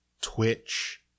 Twitch